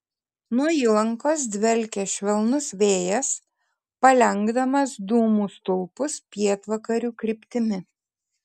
nuo įlankos dvelkė švelnus vėjas palenkdamas dūmų stulpus pietvakarių kryptimi